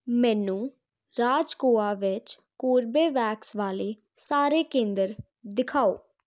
ਮੈਨੂੰ ਰਾਜ ਗੋਆ ਵਿੱਚ ਕੋਰਬੇਵੈਕਸ ਵਾਲੇ ਸਾਰੇ ਕੇਂਦਰ ਦਿਖਾਓ